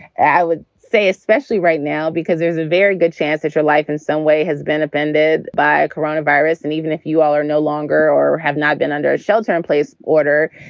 i would say, especially right now, because there's a very good chance that your life in some way has been offended by a coronavirus. and even if you all are no longer or have not been under a shelter in place order,